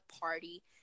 party